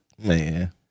Man